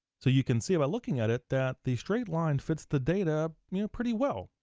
so you can see by looking at it, that the straight line fits the data pretty well.